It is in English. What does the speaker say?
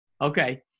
Okay